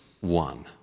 one